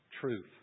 Truth